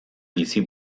bizi